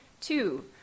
Two